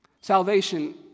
Salvation